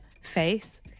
face